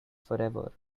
forever